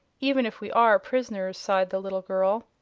even if we are prisoners, sighed the little girl.